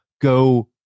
Go